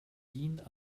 din